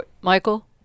Michael